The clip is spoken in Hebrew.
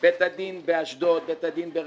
בית הדין באשדוד, בית הדין ברחובות.